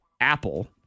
Apple